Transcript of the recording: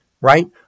right